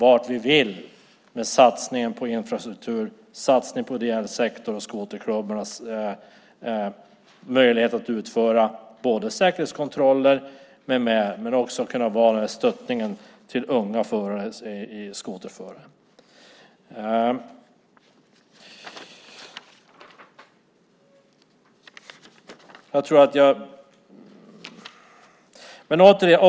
Det gäller satsningar på infrastruktur, på ideell sektor och på skoterklubbarnas möjlighet att både utföra säkerhetskontroller och att vara en stöttning till unga skoterförare.